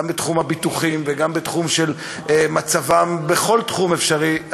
גם בתחום הביטוחים וגם במצבם בכל תחום אפשרי: